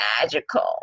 magical